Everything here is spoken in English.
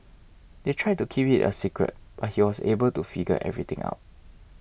they tried to keep it a secret but he was able to figure everything out